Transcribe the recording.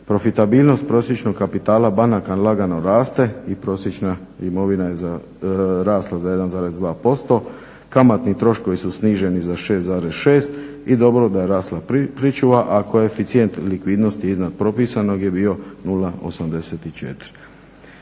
Profitabilnost prosječnog kapitala banaka lagano raste i prosječna imovina je rasla za 1,2%, kamatni troškovi su sniženi za 6,6. I dobro da je rasla pričuva, a koeficijent likvidnosti iznad propisanog je bio 0,84.